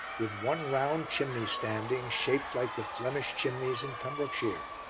with one round chimney standing, shaped like the flemish chimneys in pembrokeshire.